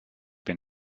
been